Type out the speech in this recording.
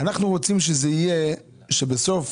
אנחנו רוצים שזה יהיה כך שבסוף